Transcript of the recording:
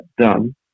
done